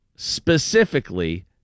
specifically